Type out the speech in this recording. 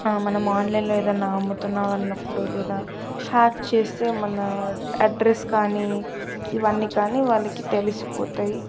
మనం ఆన్లైన్లో ఏదైనా అమ్ముతున్నాము అన్నప్పుడు లేదా హ్యాక్ చేస్తే మన అడ్రస్ కానీ ఇవన్నీ కానీ వాళ్ళకి తెలిసిపోతాయి